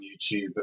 YouTube